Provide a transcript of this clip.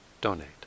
donate